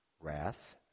wrath